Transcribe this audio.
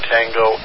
Tango